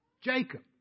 Jacob